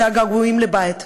זה הגעגועים לבית,